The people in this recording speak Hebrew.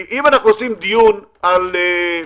אם אנחנו מקיימים דיון תיאורטי